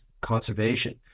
conservation